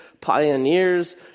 pioneers